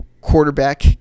quarterback